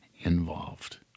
involved